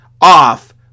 off